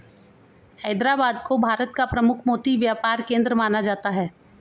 हैदराबाद को भारत का प्रमुख मोती व्यापार केंद्र माना जाता है